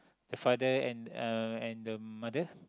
father and uh and the mother